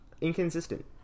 inconsistent